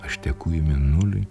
aš teku į mėnulį